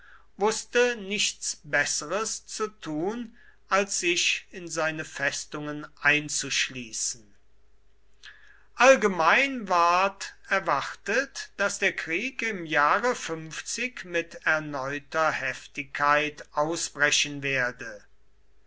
wußte nichts besseres zu tun als sich in seine festungen einzuschließen allgemein ward erwartet daß der krieg im jahre mit erneuter heftigkeit ausbrechen werde